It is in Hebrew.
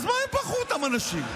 אז מה אם בחרו אותם אנשים?